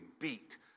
beat